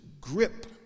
grip